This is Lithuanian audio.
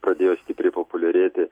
pradėjo stipriai populiarėti